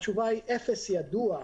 התשובה היא: אפס ידוע,